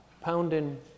pounding